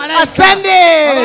ascending